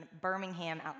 Birmingham